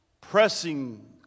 pressing